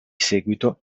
seguito